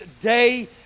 day